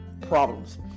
problems